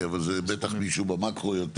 אבל זה בטח משהו במקרו יותר.